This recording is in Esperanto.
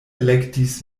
elektis